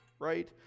right